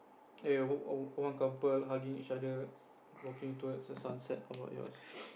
eh one couple hugging each other walking towards the sunset how about yours